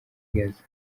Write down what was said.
gaza